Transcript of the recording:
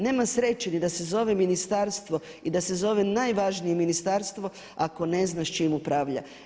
Nema sreće ni da se zove ministarstvo i da se zove najvažnije ministarstvo ako ne zna s čim upravlja.